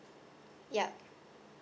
ya